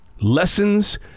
Lessons